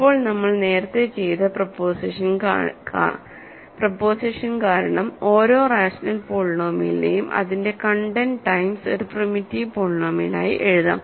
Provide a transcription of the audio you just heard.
ഇപ്പോൾ നമ്മൾ നേരത്തെ ചെയ്ത പ്രൊപോസിഷൻ കാരണം ഓരോ റാഷണൽ പോളിനോമിയലിനെയും അതിന്റെ കണ്ടെന്റ് ടൈംസ് ഒരു പ്രിമിറ്റീവ് പോളിനോമിയലായി എഴുതാം